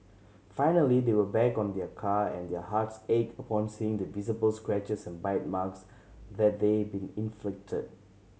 finally they went back on their car and their hearts ached upon seeing the visible scratches and bite marks that they been inflicted